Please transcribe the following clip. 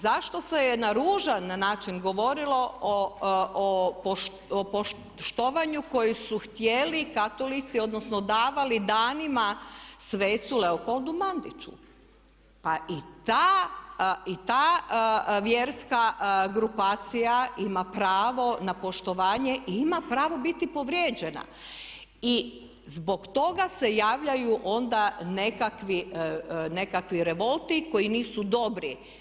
Zašto se je na ružan način govorilo o štovanju koji su htjeli Katolici odnosno davali danima svecu Leopoldu Mandiću, pa i ta vjerska grupacija ima pravo na poštovanje i ima pravo biti povrijeđena i zbog toga se javljaju onda nekakvi revolti koji nisu dobri.